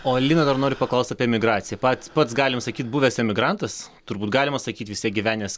o linai dar noriu paklausti apie migraciją pats pats galim sakyt buvęs emigrantas turbūt galima sakyt vis tiek gyvenęs